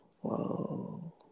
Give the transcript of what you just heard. Whoa